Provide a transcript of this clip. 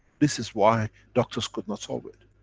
this is why doctors could not solve it.